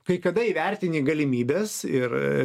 kai kada įvertini galimybes ir